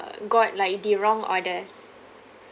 uh got like the wrong orders